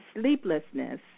sleeplessness